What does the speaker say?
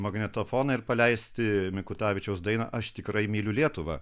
magnetofoną ir paleisti mikutavičiaus dainą aš tikrai myliu lietuvą